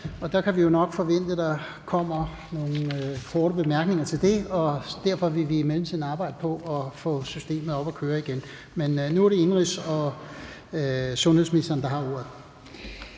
og der kan vi jo nok forvente, at der kommer nogle korte bemærkninger til det. Derfor vil vi i mellemtiden arbejde på at få systemet op at køre igen. Men nu er det indenrigs- og sundhedsministeren, der har ordet.